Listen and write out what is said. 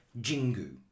Jingu